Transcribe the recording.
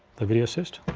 the video assist,